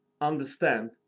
understand